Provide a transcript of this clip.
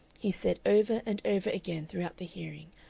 he said over and over again throughout the hearing,